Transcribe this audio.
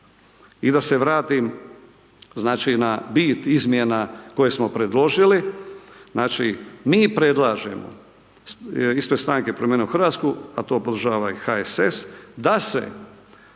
I da se vratim znači na bit izmjena koje smo predložili, znači mi predlažemo ispred stranke Promijenimo Hrvatsku, a to podržava i HSS, da se